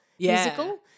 musical